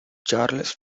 charles